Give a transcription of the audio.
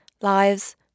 Lives